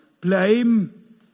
blame